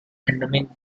endemic